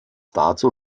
dazu